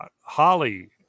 Holly